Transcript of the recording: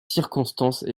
circonstances